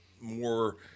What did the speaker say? more